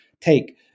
take